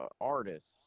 artists